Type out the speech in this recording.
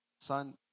son